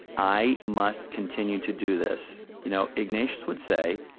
i must continue to do this. you know ignatius would say,